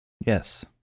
yes